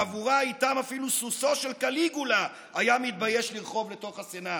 חבורה שאיתה אפילו סוסו של קליגולה היה מתבייש לרכוב לתוך הסנאט.